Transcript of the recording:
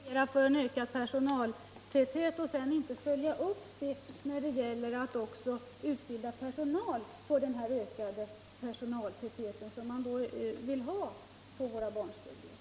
Herr talman! Man kan ju inte i ert utskott plädera för ökad personaltäthet och sedan avstå från att i ert annat utskott följa upp det kravet när det gäller att också utbilda personal för den ökade personaltäthet som man vill ha i våra barnstugor.